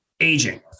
aging